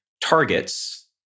targets